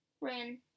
Ran